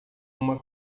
uma